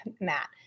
Matt